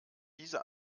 diese